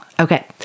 Okay